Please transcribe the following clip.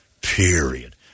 Period